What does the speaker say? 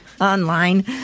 Online